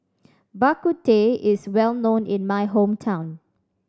Bak Kut Teh is well known in my hometown